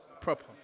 proper